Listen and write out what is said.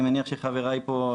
אני מניח שחבריי פה,